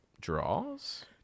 draws